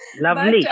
Lovely